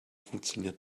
funktioniert